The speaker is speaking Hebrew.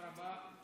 תודה רבה.